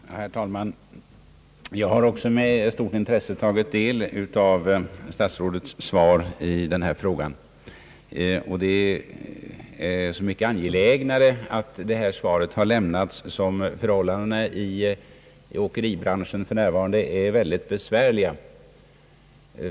Herr talman! Jag har också med stort intresse tagit del av statsrådets svar i denna fråga. Att det lämnats är så mycket angelägnare som förhållandena i åkeribranschen för närvarande är mycket besvärliga.